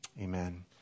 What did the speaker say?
Amen